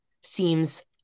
seems